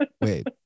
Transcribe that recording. wait